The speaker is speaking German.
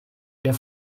der